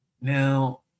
Now